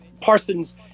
Parsons